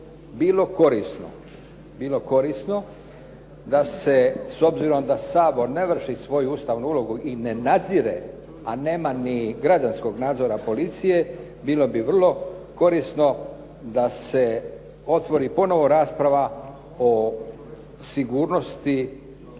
bilo korisno da se s obzirom da Sabor ne vrši svoju ustavnu ulogu i ne nadzire a nema ni građanskog nadzora policije, bilo bi vrlo korisno da se otvori ponovo rasprava o sigurnosti